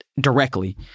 directly